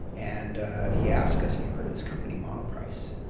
and he asked us, have you heard of this company monoprice?